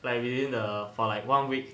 like within the for like one week